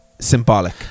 symbolic